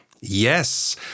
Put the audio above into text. yes